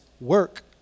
work